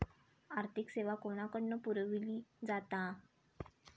आर्थिक सेवा कोणाकडन पुरविली जाता?